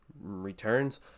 returns